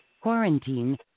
Quarantine